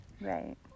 right